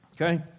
Okay